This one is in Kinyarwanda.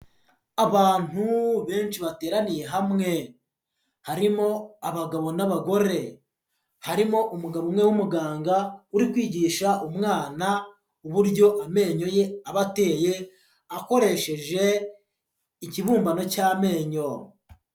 Abantu benshi bateraniye hamwe harimo abagabo n'abagore, harimo umugabo umwe w'umuganga uri kwigisha umwana uburyo amenyo ye aba ateye akoresheje ikibumbano cy'amenyo.